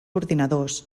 ordinadors